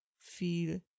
feel